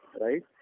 right